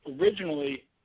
originally